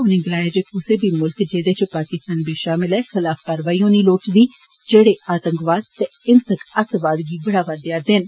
उनें गलाया जे कुसै बी मुल्ख जेदे च पाकिस्तान बी षामल ऐ खिलाफ कारवाई होनी लोड़चदी जेडे आतंकवाद ते हिंसक अतवाद गी बढ़ावा देआ रदे न